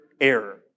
error